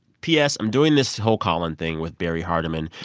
p s. i'm doing this whole call-in thing with barrie hardymon,